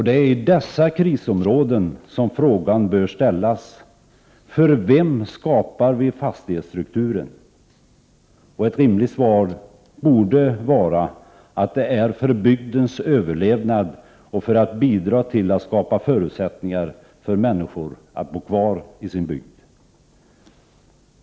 Det är i dessa krisområden som frågan bör ställas: För vem skapar vi fastighetsstrukturen? Ett rimligt svar borde vara att det är för bygdens överlevnad och för att bidra till att skapa förutsättningar för människor att bo kvar i sin bygd.